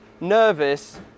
nervous